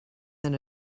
than